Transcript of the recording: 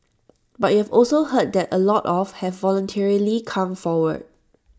but you've also heard that A lot of have voluntarily come forward